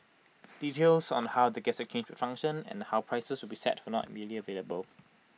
details on how the gas exchange will function and how prices will be set were not immediately available